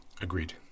Agreed